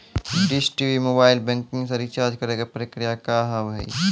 Dish TV mobile banking से recharge करे के प्रक्रिया का हाव हई?